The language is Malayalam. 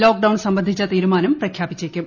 ലോക്ഡൌൺ സംബന്ധിച്ച തീരുമാനം പ്രഖ്യാപിച്ചേക്കും